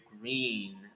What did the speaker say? green